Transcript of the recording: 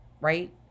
right